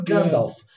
Gandalf